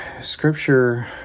scripture